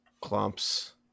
clumps